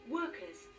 workers